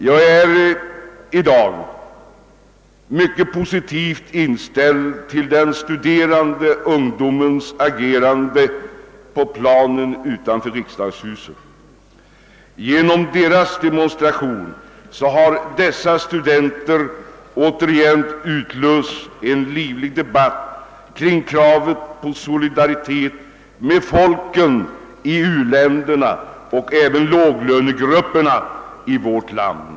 Jag är i dag mycket positivt inställd till den studerande ungdomens agerande på planen utanför riksdagshuset. Genom demonstrationen har dessa studenter återigen utlöst en livlig debatt kring kravet på solidaritet med folken i u-länderna och även med låglönegrupperna i vårt land.